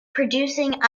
producing